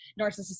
narcissistic